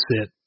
sit